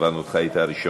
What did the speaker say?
עברנו אותך, היית הראשון.